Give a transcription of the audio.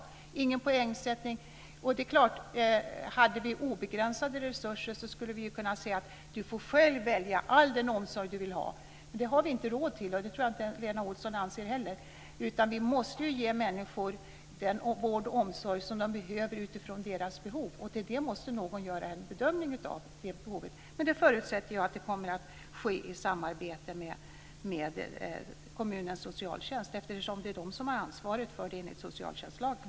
Det ska inte vara någon poängsättning. Det är klart att om vi hade obegränsade resurser skulle man själv kunna få välja all den omsorg man vill ha. Men det har vi inte råd med. Det tror jag inte Lena Olsson anser heller. Vi måste ge människor den vård och omsorg som de behöver utifrån sina behov. Det behovet måste någon göra en bedömning av. Jag förutsätter att det kommer att ske i samarbete med kommunens socialtjänst eftersom det är den som har ansvaret för detta enligt socialtjänstlagen.